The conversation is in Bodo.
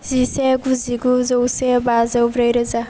जिसे गुजिगु जौसे बाजौ ब्रैरोजा